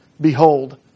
Behold